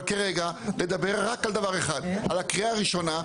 אבל כרגע לדבר רק על דבר אחד, על הקריאה הראשונה.